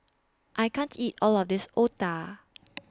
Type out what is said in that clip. I can't eat All of This Otah